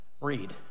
read